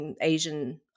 Asian